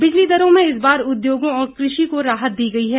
बिजली दरों में इस बार उद्योगों और कृषि को राहत दी गई है